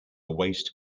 waste